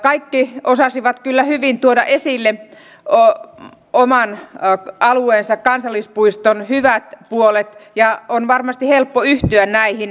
kaikki osasivat kyllä hyvin tuoda esille oman alueensa kansallispuiston hyvät puolet ja on varmasti helppo yhtyä näihin